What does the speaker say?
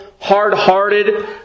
hard-hearted